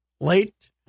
late